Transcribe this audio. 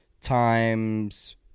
times